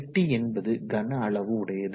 பெட்டி என்பது கன அளவு உடையது